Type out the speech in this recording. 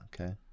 Okay